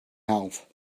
health